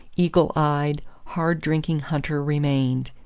eagle-eyed, hard-drinking hunter remained.